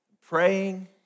praying